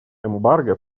эмбарго